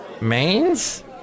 Mains